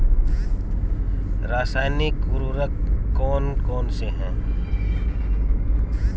रासायनिक उर्वरक कौन कौनसे हैं?